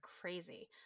crazy